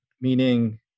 meaning